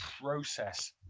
process